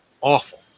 awful